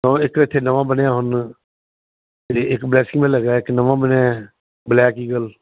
ਇੱਕ ਐਥੇ ਨਵਾਂ ਬਨਿਆ ਐ ਹੁਣ ਇੱਕ ਬਲੈਸਿੰਗ ਬੈੱਲ ਹੈਗਾ ਇੱਕ ਨਵਾਂ ਬਣਿਆ ਐ ਬਲੈਕ ਈਗਲ